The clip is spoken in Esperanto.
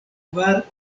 kvar